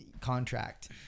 contract